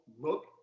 look